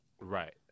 Right